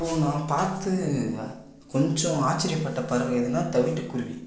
அப்போ நான் பார்த்து கொஞ்சம் ஆச்சர்யப்பட்ட பறவை எதுன்னா தவிட்டுக்குருவி